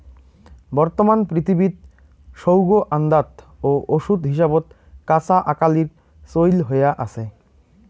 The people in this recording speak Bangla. বর্তমান পৃথিবীত সৌগ আন্দাত ও ওষুধ হিসাবত কাঁচা আকালির চইল হয়া আছে